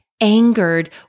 angered